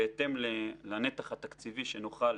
בהתאם לנתח התקציבי שנוכל